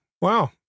Wow